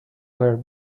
her